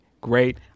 great